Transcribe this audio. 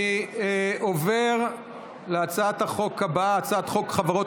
אני עובר להצעת החוק הבאה, הצעת חוק החברות